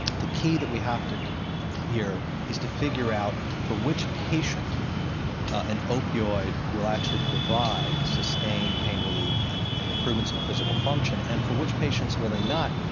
the key that we have here is to figure out for which patient an opioid will actually provide sustained pain relief and and improvements in physical function, and for which patients will they not.